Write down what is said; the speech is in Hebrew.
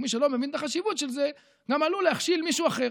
ומי שלא מבין את החשיבות של זה גם עלול להכשיל מישהו אחר.